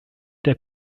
der